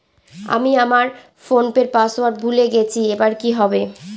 আমি আমার ফোনপের পাসওয়ার্ড ভুলে গেছি এবার কি হবে?